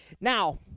Now